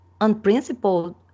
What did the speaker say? unprincipled